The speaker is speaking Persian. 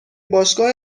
باشگاه